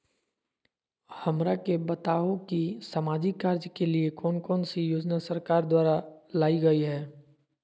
हमरा के बताओ कि सामाजिक कार्य के लिए कौन कौन सी योजना सरकार द्वारा लाई गई है?